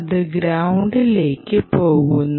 അത് ഗ്രൌണ്ടിലേക്ക് പോകുന്നു